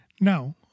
Now